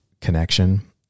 connection